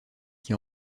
qui